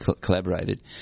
collaborated